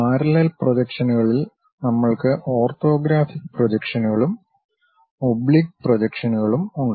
parallel പ്രൊജക്ഷനുകളിൽ നമ്മൾക്ക് orthographic പ്രൊജക്ഷനുകളും ഒബ്ലിക് പ്രൊജക്ഷനുകളും ഉണ്ട്